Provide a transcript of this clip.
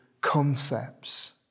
concepts